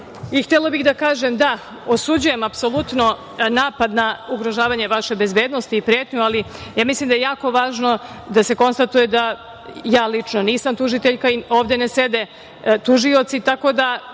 htela bih da kažem da osuđujem apsolutno napad na ugrožavanje vaše bezbednosti i pretnju, ali ja mislim da je jako važno da se konstatuje da ja lično nisam tužiteljka i ovde ne sede tužioci. Tako da